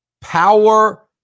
power